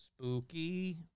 Spooky